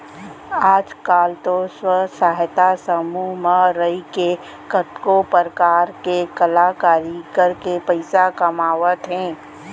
आज काल तो स्व सहायता समूह म रइके कतको परकार के कलाकारी करके पइसा कमावत हें